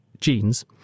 genes